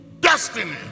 destiny